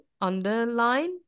underline